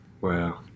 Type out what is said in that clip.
Wow